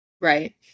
Right